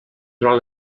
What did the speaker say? durant